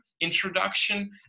introduction